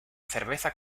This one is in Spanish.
cerveza